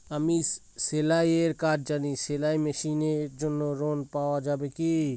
আমি সেলাই এর কাজ জানি সেলাই মেশিনের জন্য ঋণ পাওয়া যাবে কি?